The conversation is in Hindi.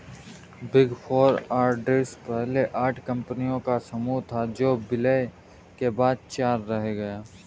बिग फोर ऑडिटर्स पहले आठ कंपनियों का समूह था जो विलय के बाद चार रह गया